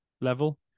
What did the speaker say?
level